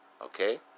okay